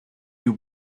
you